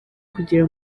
kugira